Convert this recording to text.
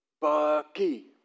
Bucky